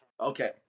Okay